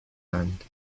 اند